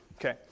Okay